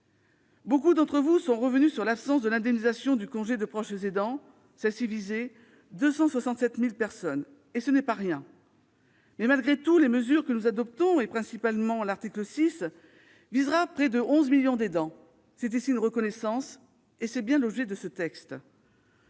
nombre d'entre vous sont revenus sur l'absence d'indemnisation du congé de proche aidant, qui visait 267 000 personnes- ce n'est pas rien ! Malgré tout, les mesures que nous allons adopter, principalement l'article 6, concerneront près de 11 millions d'aidants. C'est une reconnaissance, et tel est bien l'objet de ce texte.